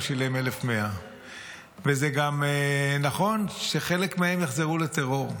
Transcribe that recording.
הוא שילם 1,100. זה גם נכון שחלק מהם יחזרו לטרור,